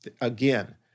Again